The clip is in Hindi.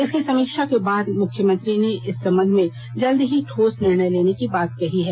इसकी समीक्षा के बाद मुख्यमंत्री ने इस संबंध में जल्द ही ठोस निर्णय लेने की बात कही है